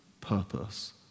purpose